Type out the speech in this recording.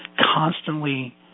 constantly